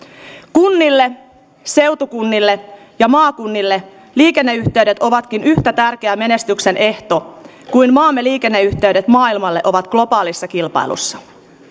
kunnille seutukunnille ja maakunnille liikenneyhteydet ovatkin yhtä tärkeä menestyksen ehto kuin maamme liikenneyhteydet maailmalle ovat globaalissa kilpailussa